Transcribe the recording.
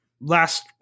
last